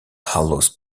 allows